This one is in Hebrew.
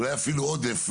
אולי אפילו עודף,